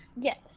Yes